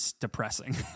depressing